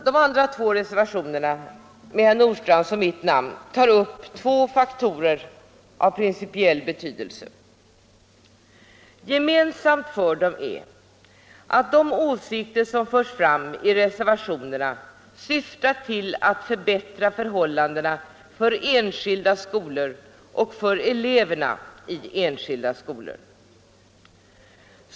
De andra två reservationerna med herr Nordstrandhs och mitt namn tar upp två faktorer av principiell betydelse. Gemensamt för dem är att de förslag som där förs fram syftar till att förbättra förhållandena för enskilda skolor och för eleverna i sådana skolor.